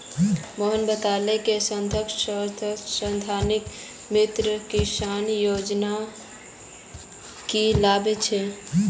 मोहन बताले कि संसद सदस्य स्थानीय क्षेत्र विकास योजनार की लाभ छेक